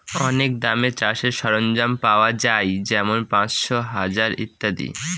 অনেক দামে চাষের সরঞ্জাম পাওয়া যাই যেমন পাঁচশো, হাজার ইত্যাদি